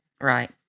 Right